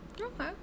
okay